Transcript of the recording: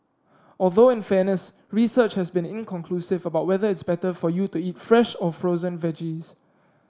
although in fairness research has been inconclusive about whether it's better for you to eat fresh or frozen veggies